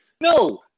No